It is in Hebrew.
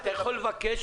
אתה יכול לבקש,